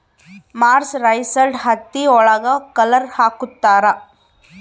mercerised ಹತ್ತಿ ಒಳಗ colour ಹಾಕುತ್ತಾರೆ